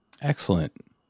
Excellent